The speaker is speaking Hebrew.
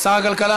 שר הכלכלה,